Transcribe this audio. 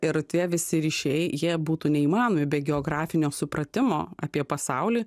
ir tie visi ryšiai jie būtų neįmanomi be geografinio supratimo apie pasaulį